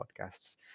podcasts